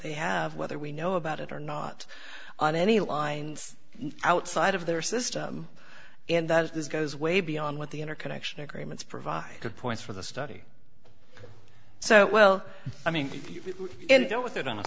they have whether we know about it or not on any lines outside of their system and this goes way beyond what the interconnection agreements provide good points for the study so well i mean and go with it on a